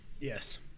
Yes